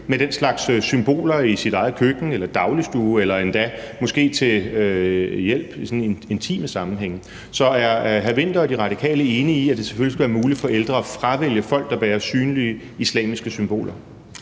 med den slags symboler i sit eget køkken, i sin dagligstue eller måske endda til hjælp i sådan intime sammenhænge. Så er hr. Henrik Vinther og De Radikale enige i, at det selvfølgelig skal være muligt for ældre at fravælge folk, der bærer synlige islamiske symboler?